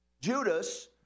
Judas